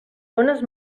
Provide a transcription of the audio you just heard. bones